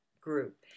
group